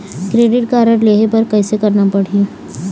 Credit card लेहे बर कैसे करना पड़ही?